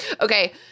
Okay